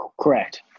Correct